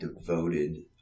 devoted